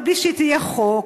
אבל בלי שהיא תהיה חוק.